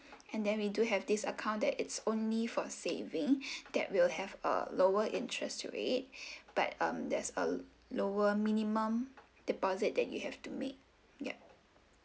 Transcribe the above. and then we do have this account that it's only for saving that will have a lower interest rate but um there's a lower minimum deposit that you have to make ya